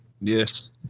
Yes